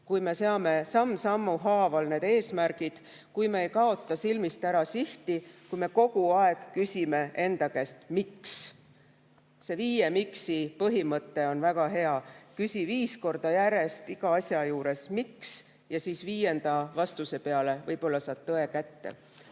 kui me seame samm sammu haaval need eesmärgid, kui me ei kaota silmist sihti, kui me kogu aeg küsime enda käest, miks. See viie miksi põhimõte on väga hea: küsi viis korda järjest iga asja juures, miks, ja siis viienda vastuse peale võib-olla saad tõe kätte.